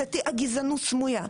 גזענות סמויה.